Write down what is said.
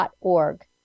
org